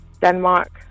Denmark